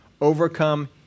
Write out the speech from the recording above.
overcome